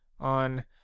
on